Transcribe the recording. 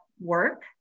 work